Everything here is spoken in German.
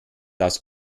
aus